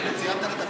אנחנו באמצע ההצבעה.